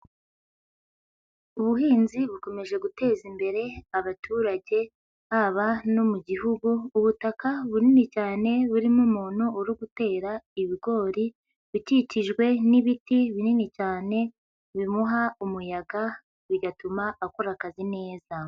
Ubuhinzi bukomeje guteza imbere abaturage haba no mu gihugu, ubutaka bunini cyane burimo umuntu uri gutera ibigori ukikijwe n'ibiti binini cyane bimuha umuyaga bigatuma akora akazi neza.